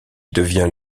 devient